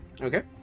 Okay